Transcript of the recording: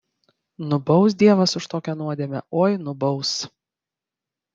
nubaus dievas už tokią nuodėmę oi nubaus